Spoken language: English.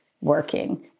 working